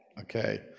okay